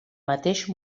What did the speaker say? mateix